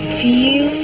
feel